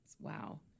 Wow